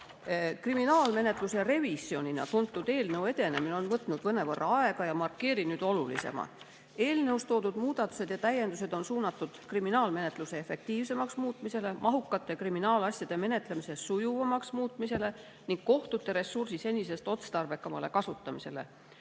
Kriminaalmenetluse revisjonina tuntud eelnõu edenemine on võtnud mõnevõrra aega. Markeerin nüüd olulisema. Eelnõus toodud muudatused ja täiendused on suunatud kriminaalmenetluse efektiivsemaks muutmisele, mahukate kriminaalasjade menetlemise sujuvamaks muutmisele ning kohtute ressursi senisest otstarbekamale kasutamisele.